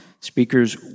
Speakers